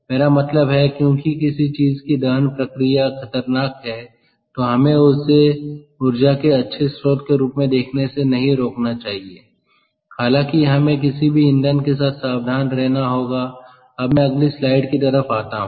मेरा मतलब है क्योंकि किसी चीज की दहन प्रक्रिया खतरनाक है तो हमें इसे ऊर्जा के अच्छे स्रोत के रूप में देखने से नहीं रोकना चाहिए हालांकि हमें किसी भी ईंधन के साथ सावधान रहना होगा अब मैं अगली स्लाइड की तरफ आता हूं